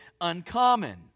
uncommon